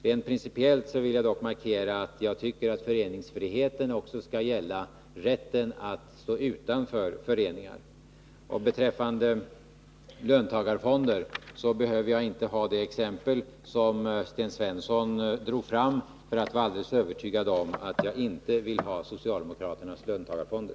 Rent principiellt vill jag dock markera att jag tycker att föreningsfriheten också skall gälla rätten att stå utanför föreningar. Beträffande löntagarfonder behöver jag inte utgå från det exempel som Sten Svensson drog fram för att vara alldeles övertygad om att jag inte vill ha socialdemokraternas löntagarfonder.